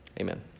amen